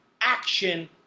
action